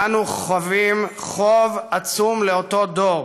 אנו חבים חוב עצום לאותו דור